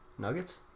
Nuggets